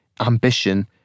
ambition